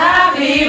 Happy